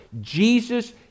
Jesus